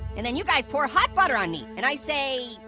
and then you guys poured hot butter on me. and i say,